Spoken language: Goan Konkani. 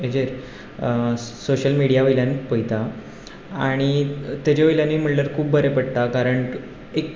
हेजेर सोशियल मिडिया वयल्यानूच पळयतां आनी ताजे वयल्यानूय म्हणल्यार खूब बरें पडटा कारण एक